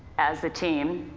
as a team.